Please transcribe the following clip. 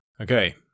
Okay